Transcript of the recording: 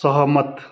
सहमत